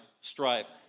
strive